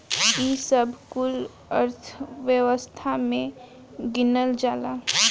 ई सब कुल अर्थव्यवस्था मे गिनल जाला